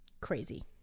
Crazy